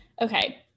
okay